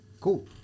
Cool